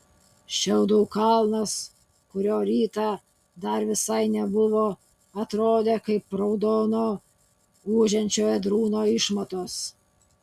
šiaudų kalnas kurio rytą dar visai nebuvo atrodė kaip raudono ūžiančio ėdrūno išmatos